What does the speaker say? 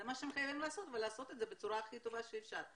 זה מה שהם חייבים לעשות ולעשות את זה בצורה הכי טובה שאפשר.